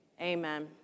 Amen